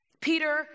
Peter